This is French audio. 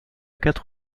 quatre